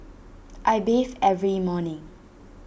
I bathe every morning